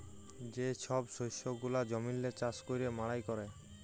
যে ছব শস্য গুলা জমিল্লে চাষ ক্যইরে মাড়াই ক্যরে